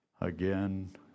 Again